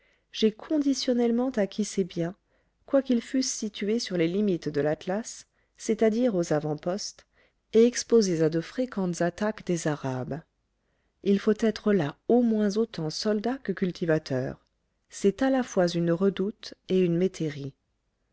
j'ai conditionnellement acquis ces biens quoiqu'ils fussent situés sur les limites de l'atlas c'est-à-dire aux avant-postes et exposés à de fréquentes attaques des arabes il faut être là au moins autant soldat que cultivateur c'est à la fois une redoute et une métairie